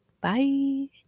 Bye